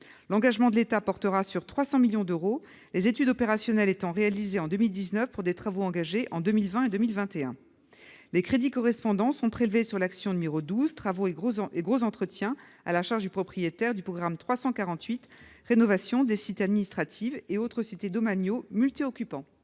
L'engagement de l'État portera sur 300 millions d'euros, les études opérationnelles seront réalisées en 2019 et les travaux engagés en 2020 et en 2021. Les crédits sont prélevés sur l'action n° 12, Travaux et gros entretien à la charge du propriétaire, du programme 348, « Rénovation des cités administratives et autres sites domaniaux multi-occupants